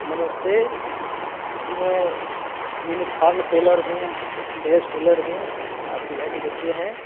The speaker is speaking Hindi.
नमस्ते जी मैं यूनिफॉर्म टेलर हूँ ड्रेस टेलर हूँ आपके घर में बच्चे हैं